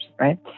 right